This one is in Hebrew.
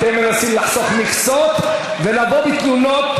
אתם מנסים לחסוך מכסות ולבוא בתלונות,